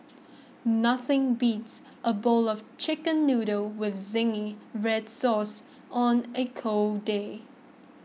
nothing beats a bowl of Chicken Noodles with Zingy Red Sauce on a cold day